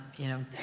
you know,